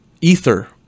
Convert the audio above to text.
ether